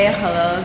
hello